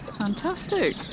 Fantastic